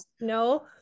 No